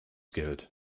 geld